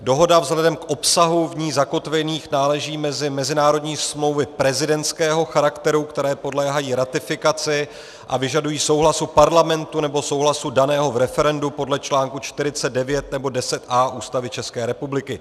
Dohoda vzhledem k obsahu v ní zakotvených náleží mezi mezinárodní smlouvy prezidentského charakteru, které podléhají ratifikaci a vyžadují souhlasu Parlamentu nebo souhlasu daného v referendu podle článku 49 nebo 10a Ústavy České republiky.